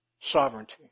Sovereignty